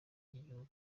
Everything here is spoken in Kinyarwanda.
ry’igihugu